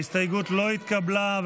ההסתייגות לא התקבלה.